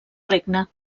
regne